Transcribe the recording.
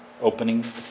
opening